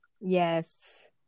Yes